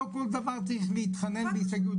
לא כל דבר צריך להתחנן בהסתייגות,